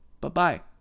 bye-bye